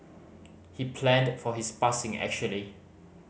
he planned for his passing actually